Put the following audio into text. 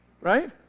Right